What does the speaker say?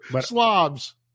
Slobs